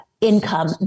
income